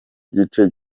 gice